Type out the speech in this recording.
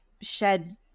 shed